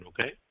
Okay